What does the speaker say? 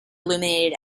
illuminated